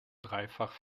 dreifach